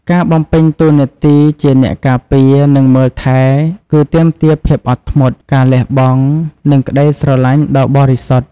ការបំពេញតួនាទីជាអ្នកការពារ និងមើលថែ គឺទាមទារភាពអត់ធ្មត់ ការលះបង់ និងក្តីស្រលាញ់ដ៏បរិសុទ្ធ។